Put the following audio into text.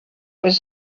was